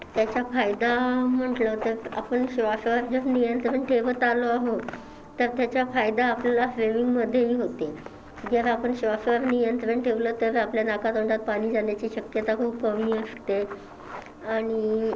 त्याचा फायदा म्हटलं तर आपण श्वासावर जसं नियंत्रण ठेवत आलो आहोत तर त्याचा फायदा आपल्याला स्विमिंगमध्येही होते जेव्हा आपण श्वासावर नियंत्रण ठेवलं तर आपल्या नाकातोंडात पाणी जाण्याची शक्यता खूप कमी असते आणि